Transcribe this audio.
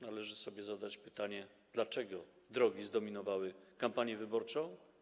Należy sobie zadać pytanie, dlaczego drogi zdominowały kampanię wyborczą.